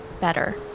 better